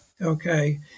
Okay